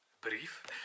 brief